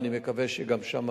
ואני מקווה שגם שם